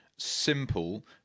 simple